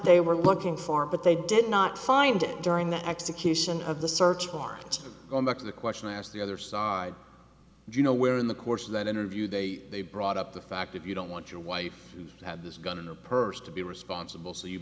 they were looking for but they did not find it during the execution of the search warrant going back to the question i asked the other side do you know where in the course of that interview they they brought up the fact if you don't want your wife had this gun in the purse to be responsible so you